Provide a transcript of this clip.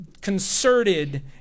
concerted